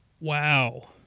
Wow